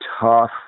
tough